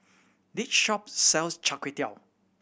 this shop sells Char Kway Teow